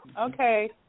Okay